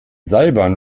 seilbahn